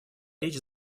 речь